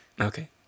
okay